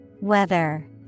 Weather